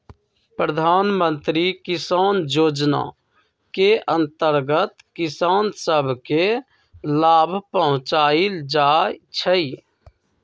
प्रधानमंत्री किसान जोजना के अंतर्गत किसान सभ के लाभ पहुंचाएल जाइ छइ